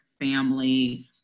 family